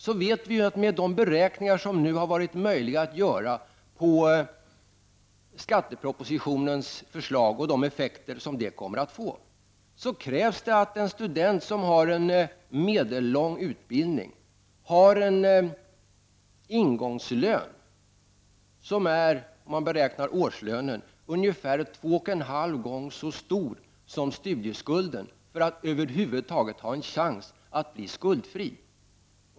Enligt de beräkningar som nu har varit möjliga att göra över de effekter som skattepropositionens förslag kommer att få, krävs det att en student med medellång utbildning har en ingångslön — när man beräknar årslönen — som är ungefär 2,5 gånger så stor som studieskulden för att han över huvud taget skall ha en chans att bli skuldfri.